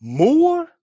more